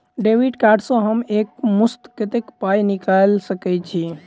Debit card सँ हम एक मुस्त कत्तेक पाई निकाल सकय छी?